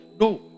No